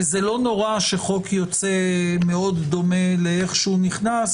זה לא נורא שחוק יוצא מאוד דומה לאיך שהוא נכנס,